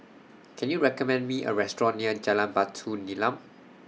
Can YOU recommend Me A Restaurant near Jalan Batu Nilam